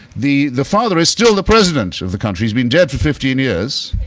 the the father is still the president of the country. he's been dead for fifteen years,